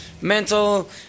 Mental